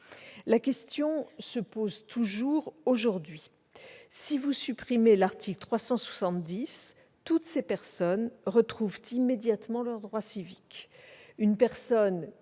La question se pose toujours aujourd'hui. Si vous supprimez l'article 370, tous ces individus retrouvent immédiatement leurs droits civiques.